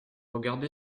regardé